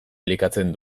elikatzen